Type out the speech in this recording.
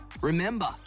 Remember